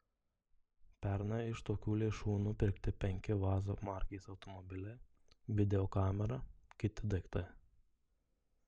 pernai iš tokių lėšų nupirkti penki vaz markės automobiliai videokamera kiti daiktai